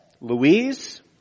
Louise